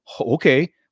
okay